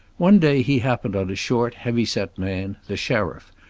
one day he happened on a short, heavy-set man, the sheriff,